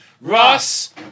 Russ